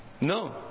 No